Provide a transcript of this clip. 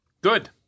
Good